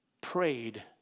prayed